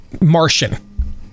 Martian